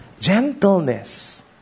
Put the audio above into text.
gentleness